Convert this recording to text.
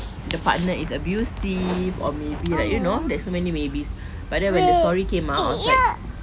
the partner is abusive or maybe like you know there's so many maybe's but then when the story came out I was like